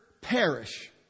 perish